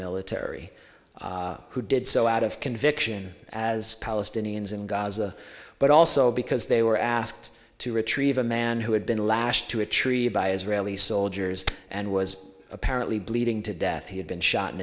military who did so out of conviction as palestinians in gaza but also because they were asked to retrieve a man who had been lashed to a tree by israeli soldiers and was apparently bleeding to death he had been shot in